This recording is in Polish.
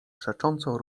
przecząco